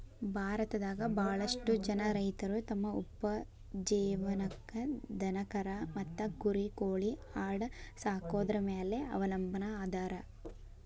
ಭಾರತದಾಗ ಬಾಳಷ್ಟು ಜನ ರೈತರು ತಮ್ಮ ಉಪಜೇವನಕ್ಕ ದನಕರಾ ಮತ್ತ ಕುರಿ ಕೋಳಿ ಆಡ ಸಾಕೊದ್ರ ಮ್ಯಾಲೆ ಅವಲಂಬನಾ ಅದಾರ